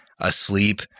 asleep